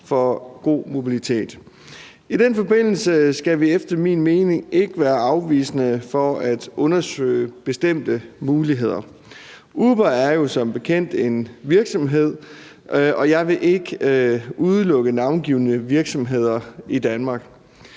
for god mobilitet. I den forbindelse skal vi efter min mening ikke være afvisende over for at undersøge bestemte muligheder. Uber er jo som bekendt en virksomhed, og jeg vil ikke udelukke navngivne virksomheder i Danmark.